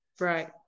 Right